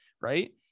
right